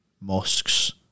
mosques